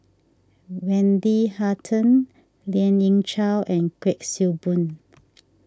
Wendy Hutton Lien Ying Chow and Kuik Swee Boon